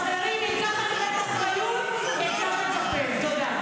בגלל שיש לנו אחריות, בגלל שאכפת לי מאוד, כן?